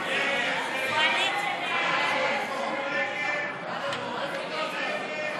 בספורט (תיקון מס' 14 והוראת שעה),